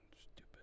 stupid